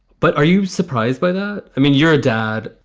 but are you surprised by that? i mean, you're a dad.